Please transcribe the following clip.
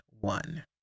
one